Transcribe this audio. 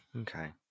okay